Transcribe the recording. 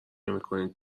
نمیکنید